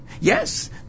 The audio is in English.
Yes